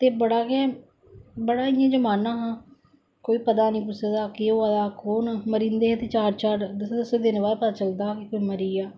ते बड़ा गै बड़ा इयां जमाना हा कोई पता नेईं हा कुसे दा केह् होआ दा खून मरी जंदे है ते चार चार दस्से दिन बाद पता चलदा हा कि कोई मरी गेआ